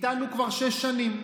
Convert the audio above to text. איתנו כבר שש שנים,